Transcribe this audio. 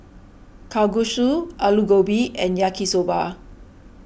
Kalguksu Alu Gobi and Yaki Soba